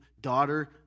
daughter